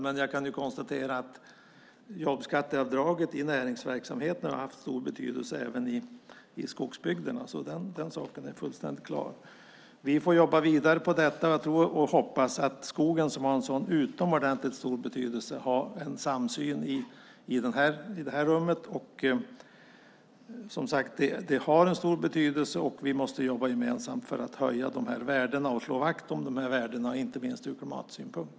Men jag kan konstatera att jobbskatteavdraget i näringsverksamheten har haft stor betydelse även i skogsbygderna. Den saken är fullständigt klar. Vi får jobba vidare på detta och hoppas att vi här i kammaren har en samsyn om skogens utomordentligt stora betydelse. Den har som sagt stor betydelse, och vi måste jobba gemensamt för att slå vakt om dess värde, inte minst ur klimatsynpunkt.